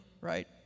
right